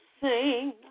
sing